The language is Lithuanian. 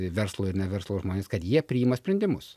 verslo ir neverslo žmonės kad jie priima sprendimus